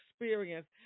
experience